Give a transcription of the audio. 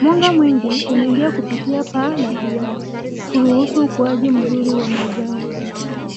Mwanga mwingi, unaingia kupitia paa la vioo, kuruhusu ukuaji mzuri wa mazao.